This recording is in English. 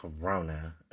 Corona